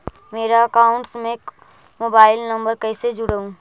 मेरा अकाउंटस में mobile number कैसे जुड़उ?